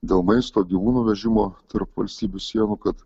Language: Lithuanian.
dėl maisto gyvūnų vežimo tarp valstybių sienų kad